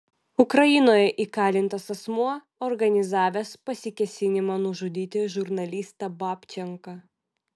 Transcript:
ukrainoje įkalintas asmuo organizavęs pasikėsinimą nužudyti žurnalistą babčenką